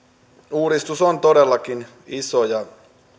uudistus on todellakin iso ja ehkä